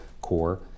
core